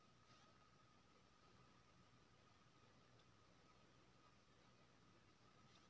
Bharat bill payment system के charge कत्ते इ आ इ सर्विस केना चालू होतै हमर खाता म?